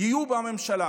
יהיו בממשלה,